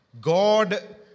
God